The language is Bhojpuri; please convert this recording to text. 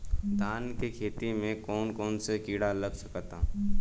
धान के खेती में कौन कौन से किड़ा लग सकता?